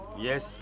Yes